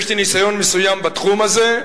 יש לי ניסיון מסוים בתחום הזה.